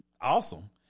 awesome